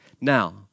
Now